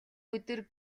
өдөр